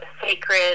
sacred